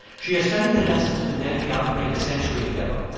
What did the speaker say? she has studied the lessons of the deadly outbreak a century ago,